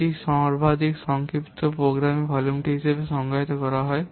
এটি সর্বাধিক সংক্ষিপ্ত প্রোগ্রামের ভলিউম হিসাবে সংজ্ঞায়িত করা হয়